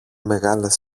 μεγάλες